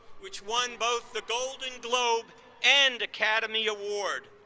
which won both a golden globe and academy award.